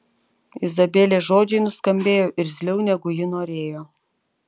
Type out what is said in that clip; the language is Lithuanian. izabelės žodžiai nuskambėjo irzliau negu ji norėjo